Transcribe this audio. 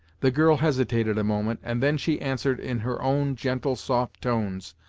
the girl hesitated a moment, and then she answered in her own gentle, soft tones,